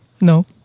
No